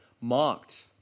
mocked